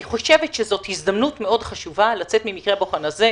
אני חושבת שזאת הזדמנות מאוד חשובה לצאת ממקרה הבוחן הזה,